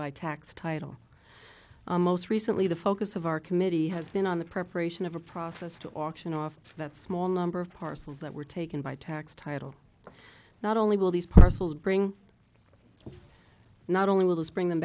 by tax title most recently the focus of our committee has been on the preparation of a process to auction off that small number of parcels that were taken by tax title not only will these parcels bring not only will this bring them